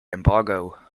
embargo